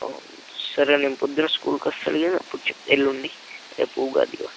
ఓ సరేలెండి పొద్దున నేను స్కూలుకి వస్తాడు కదా అప్పుడు చెప్తాలెండి ఎల్లుండి రేపు ఉగాదిగా